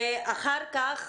אחר כך,